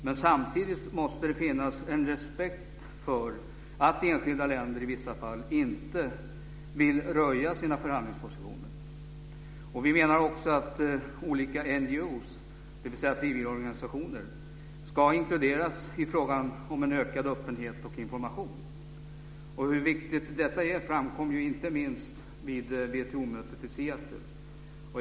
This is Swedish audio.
Men samtidigt måste det finnas en respekt för att enskilda länder i vissa fall inte vill röja sina förhandlingspositioner. Vi menar också att olika NGO:er, frivilligorganisationer, ska inkluderas i frågan om en ökad öppenhet och information. Hur viktigt detta är framkom inte minst vid WTO-mötet i Seattle.